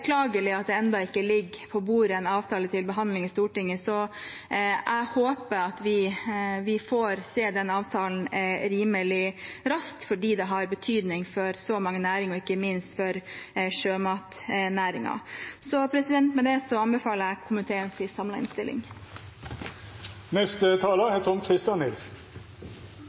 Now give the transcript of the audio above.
at det ennå ikke ligger en avtale på bordet til behandling i Stortinget. Så jeg håper at vi får se den avtalen rimelig raskt, fordi det har betydning for så mange næringer, og ikke minst for sjømatnæringen. Med det anbefaler jeg komiteens samlede innstilling. Jeg vil takke for det gode samarbeidet i denne saken. I denne typen saker er